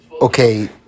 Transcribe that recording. Okay